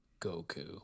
Goku